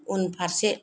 उनफारसे